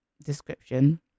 description